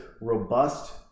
robust